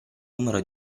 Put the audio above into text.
numero